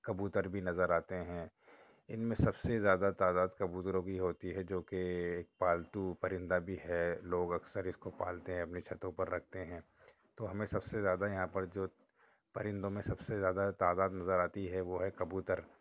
کبوتر بھی نظر آتے ہیں ان میں سب سے زیادہ تعداد کبوتروں کی ہوتی ہے جو کہ ایک پالتو پرندہ بھی ہے لوگ اکثر اس کو پالتے ہیں اپنی چھتوں پر رکھتے ہیں تو ہمیں سب سے زیادہ یہاں پر جو پرندوں میں سب سے زیادہ تعداد نظر آتی ہے وہ ہے کبوتر